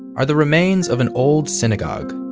are the remains of an old synagogue.